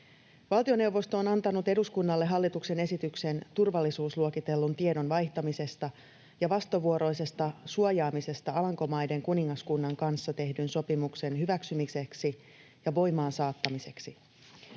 Hallituksen esitys eduskunnalle turvallisuusluokitellun tiedon vaihtamisesta ja vastavuoroisesta suojaamisesta Alankomaiden kuningaskunnan kanssa tehdyn sopimuksen hyväksymiseksi ja voimaansaattamiseksi